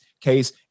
case